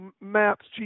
Maps